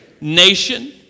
nation